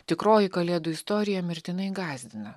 tikroji kalėdų istorija mirtinai gąsdina